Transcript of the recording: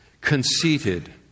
conceited